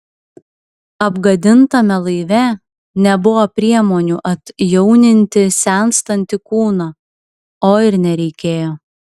apgadintame laive nebuvo priemonių atjauninti senstantį kūną o ir nereikėjo